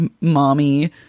mommy